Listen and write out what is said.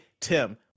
Tim